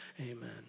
amen